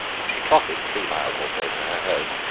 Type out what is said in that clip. she trotted three miles or so to her home,